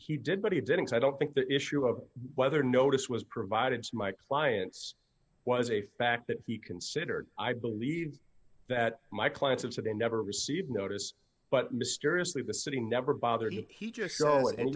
he did but he didn't say i don't think the issue of whether notice was provided to my clients was a fact that he considered i believe that my clients of today never received notice but mysteriously the city never bothered him he just charlotte and